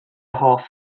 hoff